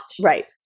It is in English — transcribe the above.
Right